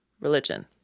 religion